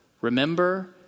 remember